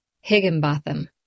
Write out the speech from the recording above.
Higginbotham